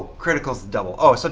critical's the double. oh, so